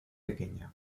pequeña